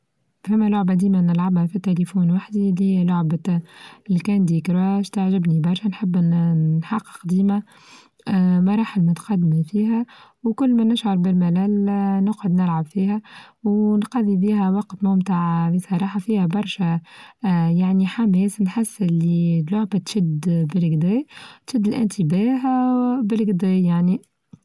فما لعبة ديما نلعبها في تليفون وحديدي اللى هي لعبة كندى كراش تعچبني برشا نحب نحقق ديما آآ مراحل متقدمة فيها وكل ما نشعر بالملل آآ نقعد نلعب فيها ونقضي بها وقت ممتع آآ بصراحة فيها برشا آآ يعني حماس نحس اللي لعبة شد بالكداى تشد الانتباه بالكداى يعني.